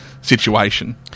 situation